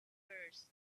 first